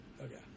Okay